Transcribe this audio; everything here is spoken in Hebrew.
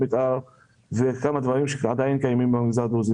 מתאר וכמה דברים שעדיין קיימים במגזר הדרוזי.